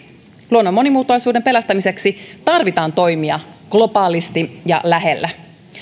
luonnon monimuotoisuuden pelastamiseksi tarvitaan toimia globaalisti ja lähellä